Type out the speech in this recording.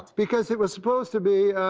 because it was supposed to be